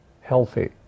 healthy